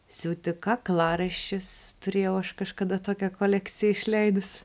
siūti kaklaraiščius turėjau aš kažkada tokią kolekciją išleidus